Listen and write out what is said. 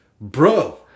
Bro